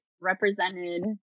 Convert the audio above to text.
represented